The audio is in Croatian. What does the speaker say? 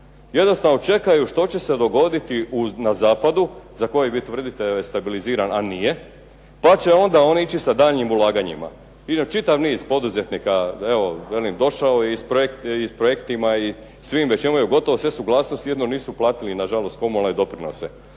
Jednostavno čekaju što će se dogoditi na zapadu za koji vi tvrdite da je stabiliziran, a nije pa će onda oni ići sa daljnjim ulaganjima. Čitav niz poduzetnika, evo velim, došao je i s projektima i svim, već imaju gotovo, sve suglasnosti, jedino nisu platili nažalost komunalne doprinose,